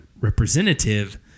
representative